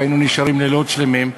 והיינו נשארים לילות שלמים,